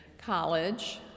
college